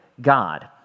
God